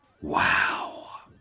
Wow